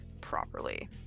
properly